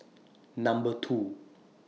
Number two